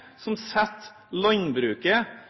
som sitter